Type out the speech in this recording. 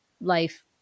life